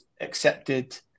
accepted